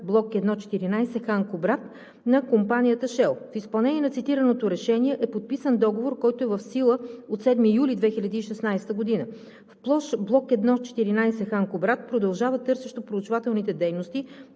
„Блок 1 – 14 Хан Кубрат“ на компанията „Шел“. В изпълнение на цитираното решение е подписан договор, който е в сила от 7 юли 2016 г. В площ „Блок 1 – 14 Хан Кубрат“ продължава търсещо-проучвателните дейности,